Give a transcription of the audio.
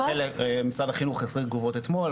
משרד החינוך החזיר תגובות אתמול,